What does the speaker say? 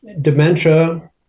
dementia